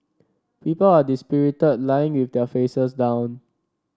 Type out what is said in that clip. people are dispirited lying with their faces down